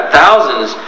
thousands